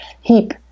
heap